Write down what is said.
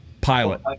pilot